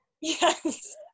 yes